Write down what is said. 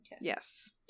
Yes